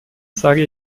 sage